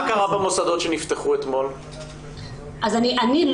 אז מה קרה במוסדות שנפתחו אתמול?